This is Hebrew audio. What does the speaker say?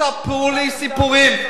אל תספרו לי סיפורים.